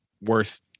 worth